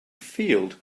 field